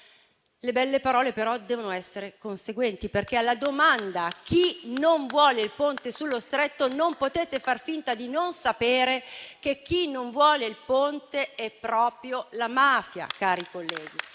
Le belle parole, però, devono essere conseguenti, perché di fronte alla domanda «chi non vuole il Ponte sullo Stretto» non potete far finta di non sapere che chi non vuole il Ponte è proprio la mafia, cari colleghi.